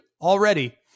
already